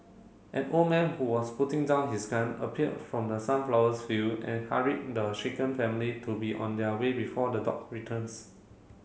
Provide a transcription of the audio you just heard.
an old man who was putting down his gun appeared from the sunflowers field and hurried the shaken family to be on their way before the dog returns